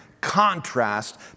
contrast